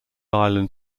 island